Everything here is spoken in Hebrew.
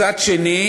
מצד אחר,